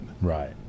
Right